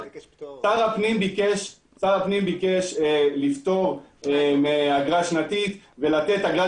שר הפנים ביקש לפטור מאגרה שנתית ולתת אגרת